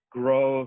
grow